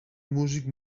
músic